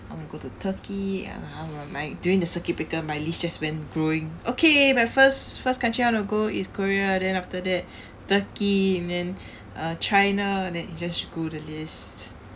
I wanna go to turkey and I during the circuit breaker my list just went growing okay the first first country I wanna go is korea then after that turkey and then uh china and then it just grew the list